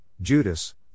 Judas